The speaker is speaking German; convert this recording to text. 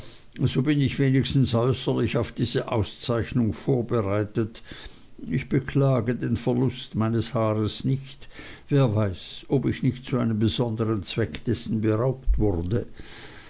so bin ich wenigstens äußerlich auf diese auszeichnung vorbereitet ich beklage den verlust meines haares nicht wer weiß ob ich nicht zu einem besonderen zweck dessen beraubt wurde